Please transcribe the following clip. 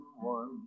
one